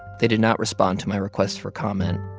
they did not respond to my request for comment